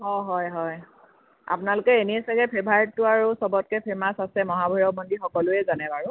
অ' হয় হয় আপোনালোকে এনে চাগে ফেভাৰেটতো আৰু চবতকৈ ফেমাছ আছে মহাভৈৰৱ মন্দিৰ সকলোৱে জানে আৰু